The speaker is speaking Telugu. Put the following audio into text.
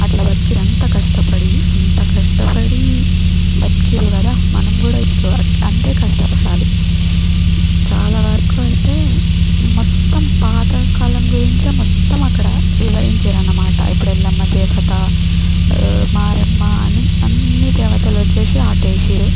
అట్ల బతికిర్రు అంత కష్టపడి అంత కష్టపడి బతికిర్రు కదా మనం గూడా ఇప్పుడు అట్లా అంతే కష్టపడాలి చాలా వరకు అయితే మొత్తం పాత కాలం గురించే మొత్తం అక్కడ వివరించిరనమాట ఇప్పుడు ఎల్లమ్మ దేవత మారెమ్మ అని అన్నీ దేవతలు వచ్చేసి ఆటేషిరు